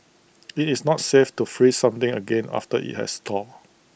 IT is not safe to freeze something again after IT has thawed